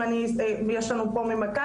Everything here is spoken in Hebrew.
אם יש לנו פה ממכבי,